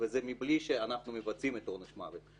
וזה מבלי שאנחנו מבצעים את עונש המוות.